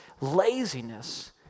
laziness